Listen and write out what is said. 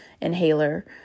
inhaler